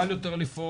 קל יותר לפעול.